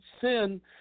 sin